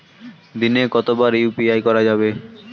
দিনে কতবার ইউ.পি.আই করা যাবে?